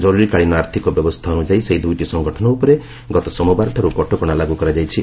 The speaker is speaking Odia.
ଜରୁରୀକାଳୀନ ଆର୍ଥିକ ବ୍ୟବସ୍ଥା ଅନୁଯାୟୀ ସେହି ଦ୍ରଇଟି ସଂଗଠନ ଉପରେ ଗତ ସୋମବାରଠାର୍ଚ କଟକଣା ଲାଗୁ କରାଯାଇଛି